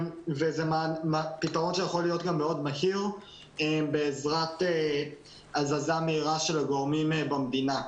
זה פתרון שיכול להיות מהיר בעזרת הזזה מהירה של הגורמים במדינה.